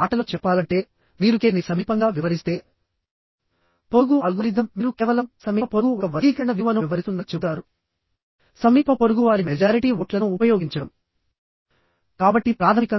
మరొక యాంగిల్ వీటిని ఇలా గసెట్ ప్లేట్ కి కనెక్ట్ చేసి ఉపయోగించుకోవచ్చు